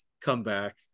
comeback